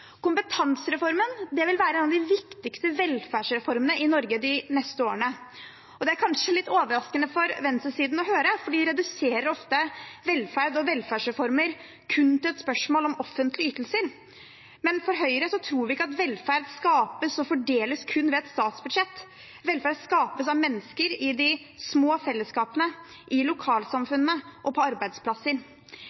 vil være en av de viktigste velferdsreformene i Norge de neste årene. Det er kanskje litt overraskende for venstresiden å høre, for de reduserer ofte velferd og velferdsreformer kun til et spørsmål om offentlige ytelser. Men i Høyre tror vi ikke at velferd skapes og fordeles kun ved et statsbudsjett. Velferd skapes av mennesker i de små fellesskapene, i